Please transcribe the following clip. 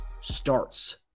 starts